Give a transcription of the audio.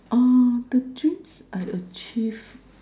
ah the dreams I achieved